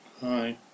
Hi